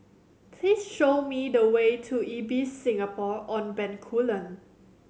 please show me the way to Ibis Singapore On Bencoolen